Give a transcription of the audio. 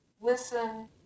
listen